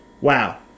Wow